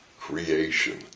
Creation